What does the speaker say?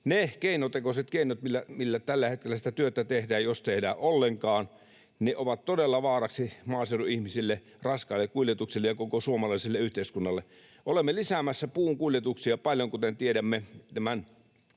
ne keinotekoiset keinot, millä tällä hetkellä sitä työtä tehdään, jos tehdään ollenkaan, ovat todella vaaraksi maaseudun ihmisille, raskaille kuljetuksille ja koko suomalaiselle yhteiskunnalle. Olemme lisäämässä puun kuljetuksia paljon, kuten tiedämme, tämän